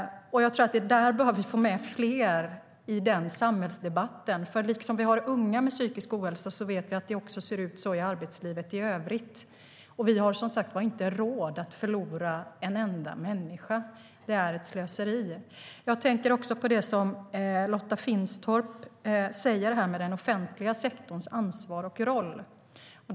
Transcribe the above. Jag tror att vi behöver få med fler i den samhällsdebatten, för liksom vi har unga med psykisk ohälsa vet vi att så ser det också ut i arbetslivet i övrigt. Vi har som sagt inte råd att förlora en enda människa. Det är ett slöseri. Jag tänker också på det som Lotta Finstorp säger om den offentliga sektorns ansvar och roll.